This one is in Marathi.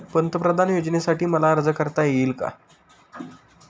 पंतप्रधान योजनेसाठी मला अर्ज करता येईल का?